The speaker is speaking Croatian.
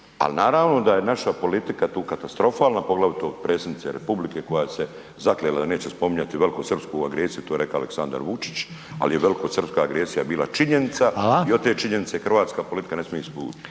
ali naravno da je naša politika tu katastrofalna, poglavito predsjednice Republike koja se zaklela da neće spominjati velikosrpsku agresiju, to je rekao Aleksandar Vučić ali je velikosrpska agresija bila činjenica i od te činjenice hrvatska politika ne smije